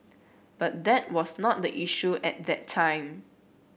but that was not the issue at that time